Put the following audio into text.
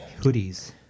Hoodies